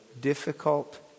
difficult